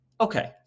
okay